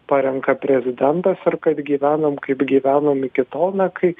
parenka prezidentas ir kad gyvenam kaip gyvenom iki tol na kai